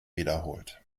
wiederholt